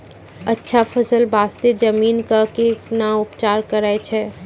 अच्छा फसल बास्ते जमीन कऽ कै ना उपचार करैय छै